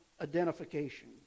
identification